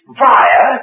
via